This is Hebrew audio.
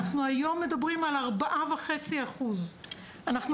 אנחנו מדברים היום על 4.5%. אנחנו